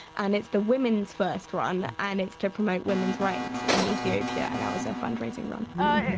and it's the women's first run and it's to promote women's rights in ethiopia and that was a fundraising run and